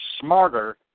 smarter